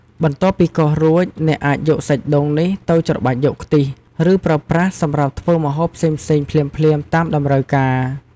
បន្ទាប់ពីកោសរួច អ្នកអាចយកសាច់ដូងនេះទៅច្របាច់យកខ្ទិះ ឬប្រើប្រាស់សម្រាប់ធ្វើម្ហូបផ្សេងៗភ្លាមៗតាមតម្រូវការ។